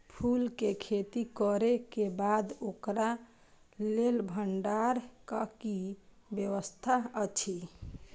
फूल के खेती करे के बाद ओकरा लेल भण्डार क कि व्यवस्था अछि?